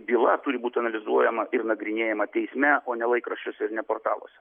byla turi būti analizuojama ir nagrinėjama teisme o ne laikraščiuose ir ne portaluose